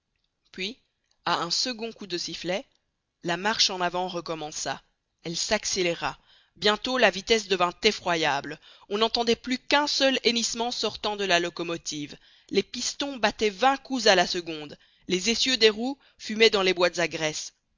puis à un second coup de sifflet la marche en avant recommença elle s'accéléra bientôt la vitesse devint effroyable on n'entendait plus qu'un seul hennissement sortant de la locomotive les pistons battaient vingt coups à la seconde les essieux des roues fumaient dans les boîtes à graisse